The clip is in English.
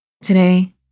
Today